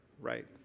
right